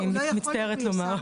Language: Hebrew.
אני מצטערת לומר.